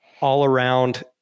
all-around